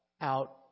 out